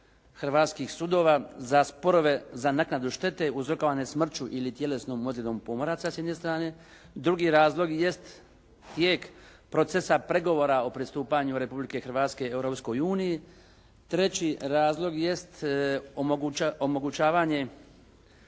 hrvatskih sudova za sporove za naknadu štete uzrokovane smrću ili tjelesnom ozljedom pomoraca s jedne strane. Drugi razlog jest tijek procesa pregovora o pristupanju Republike Hrvatske Europskoj uniji. Treći razlog jest, omogućavanje